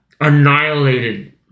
annihilated